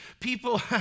people